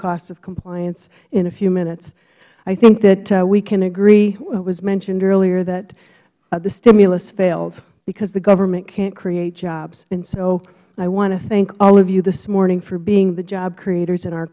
cost of compliance in a few minutes i think that we can agree as was mentioned earlier that the stimulus failed because the government can't create jobs and so i want to thank all of you this morning for being the job creators in our